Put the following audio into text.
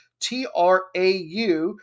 TRAU